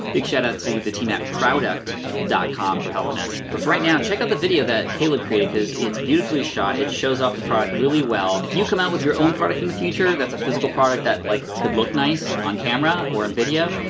big shout out to the team at prouduct dot com for helping us. but for right now, check out the video that caleb created, cause it's beautifully shot, it shows off the product really well. if you come out with your own product in the future that's a physical product that like could look nice on camera or in video,